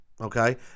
okay